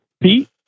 Pete